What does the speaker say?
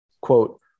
Quote